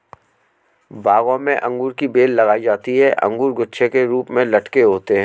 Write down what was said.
बागों में अंगूर की बेल लगाई जाती है अंगूर गुच्छे के रूप में लटके होते हैं